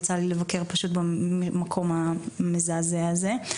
יצא לי לבקר במקום המזעזע הזה.